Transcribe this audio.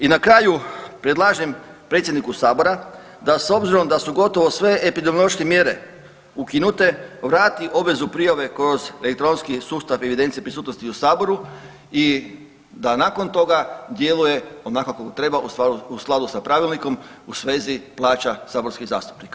I na kraju predlažem predsjedniku sabora da s obzirom da su gotovo sve epidemiološke mjere ukinute vrati obvezu prijave kroz elektronski sustav evidencije prisutnosti u saboru i da nakon toga djeluje onako kako treba u skladu sa pravilnikom u svezi plaća saborskih zastupnika.